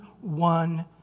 one